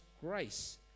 grace